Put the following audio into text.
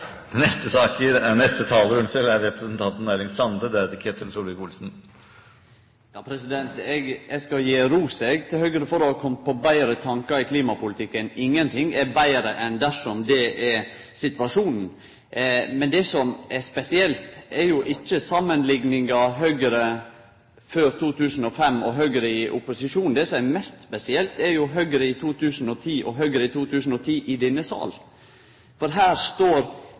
skal gje ros til Høgre for å ha kome på betre tankar i klimapolitikken. Ingenting er betre enn dersom det er situasjonen. Men det som er spesielt, er ikkje samanlikninga Høgre før 2005 og Høgre i opposisjon. Det som er mest spesielt, er Høgre i 2010 og Høgre i 2010 i denne salen. Her står